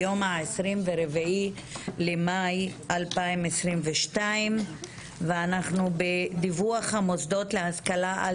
היום 24 במאי 2022. אנחנו בדיווח המוסדות להשכלה על